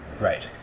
Right